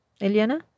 Eliana